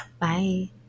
bye